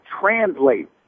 translate